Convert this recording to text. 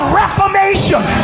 reformation